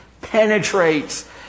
penetrates